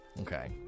Okay